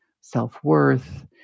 self-worth